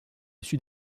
sud